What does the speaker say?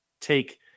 take